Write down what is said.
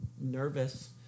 nervous